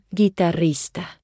guitarrista